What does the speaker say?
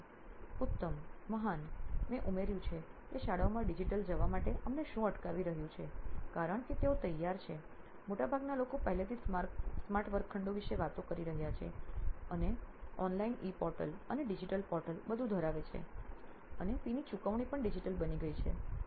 પ્રાધ્યાપક ઉત્તમ મહાન મેં ઉમેર્યું છે કે શાળાઓમાં ડિજિટલ જવા માટે અમને શું અટકાવી રહ્યું છે કારણ કે તેઓ તૈયાર છે મોટાભાગના લોકો પહેલાથી જ સ્માર્ટ વર્ગખંડો વિશે વાત કરી રહ્યા છે અને ઓનલાઇન ઇ પોર્ટલ અને ડિજિટલ પોર્ટલ બધુ ધરાવે છે અને ફી ની ચુકવણી પણ ડિજિટલ બની ગઈ છે